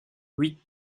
huit